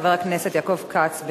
חבר הכנסת יעקב כץ,